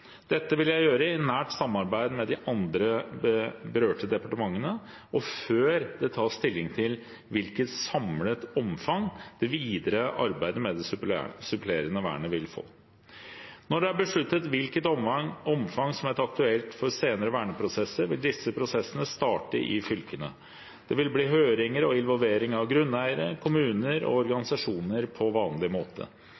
Dette vil jeg gjøre i nært samarbeid med de andre berørte departementene og før det tas stilling til hvilket samlet omfang det videre arbeidet med det supplerende vernet vil få. Når det er besluttet hvilket omfang som er aktuelt for senere verneprosesser, vil disse prosessene starte i fylkene. Det vil bli høringer og involvering av grunneiere, kommuner og